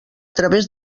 través